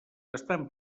estan